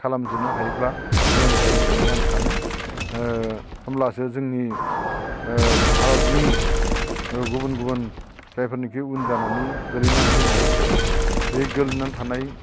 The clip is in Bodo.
खालामजोबनो हायोब्ला मोजां जायो होननानै आं सानो ओ होमब्लासो जोंनि ओ भारतनि गुबुन गुबुन जायफोरनाखि उन जानानै गोग्लैनानै दङ बे गोग्लैनानै थानाय